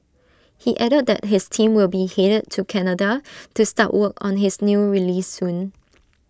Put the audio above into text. he added that his team will be headed to Canada to start work on his new release soon